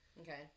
okay